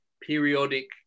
periodic